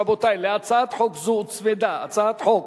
רבותי, להצעת חוק זו הוצמדה הצעת חוק